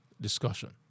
discussion